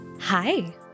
Hi